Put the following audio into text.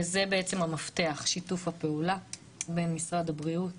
וזה בעצם המפתח, שיתוף הפעולה בין משרד הבריאות